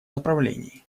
направлении